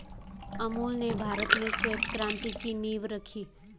अमूल ने भारत में श्वेत क्रान्ति की नींव रखी